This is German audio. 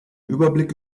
überblick